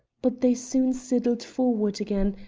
but they soon sidled forward again,